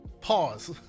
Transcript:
pause